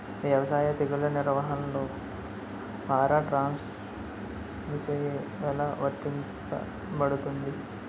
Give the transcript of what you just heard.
వ్యవసాయ తెగుళ్ల నిర్వహణలో పారాట్రాన్స్జెనిసిస్ఎ లా వర్తించబడుతుంది?